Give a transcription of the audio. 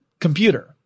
computer